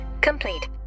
complete